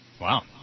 Wow